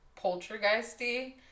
poltergeisty